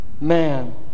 man